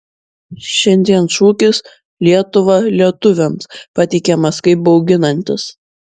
šiandien šūkis lietuva lietuviams pateikiamas kaip bauginantis